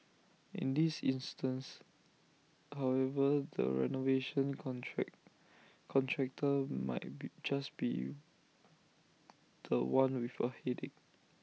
in this instance however the renovation contract contractor might be just be The One with A headache